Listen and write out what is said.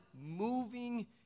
moving